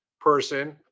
person